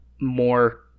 more